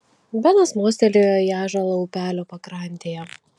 benas mostelėjo į ąžuolą upelio pakrantėje